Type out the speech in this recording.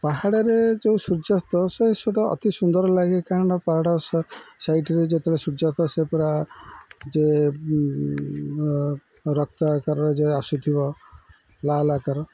ପାହାଡ଼ରେ ଯୋଉ ସୂର୍ଯ୍ୟାସ୍ତ ସେ ସଟା ଅତି ସୁନ୍ଦର ଲାଗେ କାରଣ ପାହାଡ଼ ସାଇଠରେ ଯେତେବେଳେ ସୂର୍ଯ୍ୟାସ୍ତ ସେ ପୁରା ଯେ ରକ୍ତ ଆକାରର ଯେ ଆସୁଥିବ ଲାଲ୍ ଆକାର